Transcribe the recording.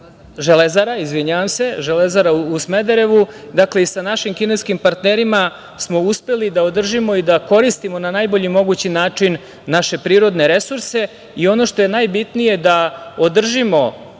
Železara u Smederevu. Dakle, i sa našim kineskim partnerima smo uspeli da održimo i da koristimo na najbolji mogući način naše prirodne resurse i ono što je najbitnije - da održimo